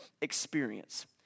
experience